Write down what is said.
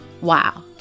Wow